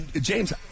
James